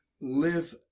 live